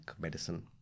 medicine